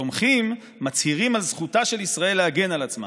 התומכים מצהירים על זכותה של ישראל להגן על עצמה.